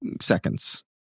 seconds